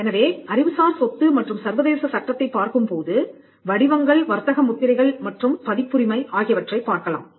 எனவே அறிவுசார் சொத்து மற்றும் சர்வதேச சட்டத்தைப் பார்க்கும்போது வடிவங்கள் வர்த்தக முத்திரைகள் மற்றும் பதிப்புரிமை ஆகியவற்றைப் பார்க்கலாம்